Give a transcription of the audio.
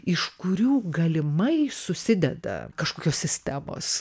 iš kurių galimai susideda kažkokios sistemos